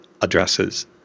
addresses